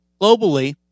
globally